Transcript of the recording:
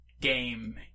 game